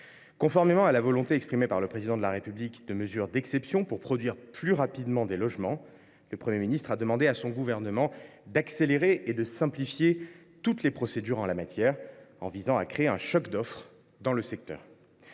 Conformément à la volonté exprimée par le Président de la République de prendre des mesures d’exception pour produire plus rapidement des logements, le Premier ministre a demandé à son gouvernement d’accélérer et de simplifier toutes les procédures en la matière, afin de créer un choc d’offre dans le secteur.